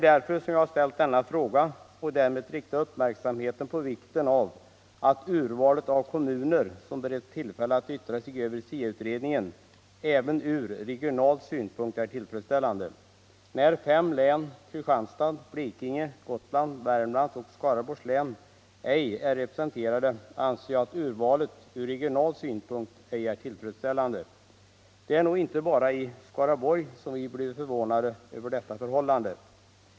Jag har ställt denna fråga för att därmed rikta uppmärksamheten på vikten av att urvalet av kommuner som bereds tillfälle att yttra sig över SIA-utredningen även ur regional synpunkt är tillfredsställande. När fem län, Kristianstads, Blekinge, Gotlands, Värmlands och Skaraborgs län, ej är representerade anser jag att urvalet ur regional synpunkt ej är tillfredsställande. Det är nog inte bara i Skaraborg som vi blivit förvånade över detta förhållande.